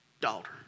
Daughter